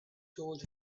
told